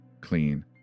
clean